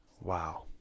Wow